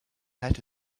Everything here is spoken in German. halte